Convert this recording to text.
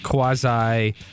Quasi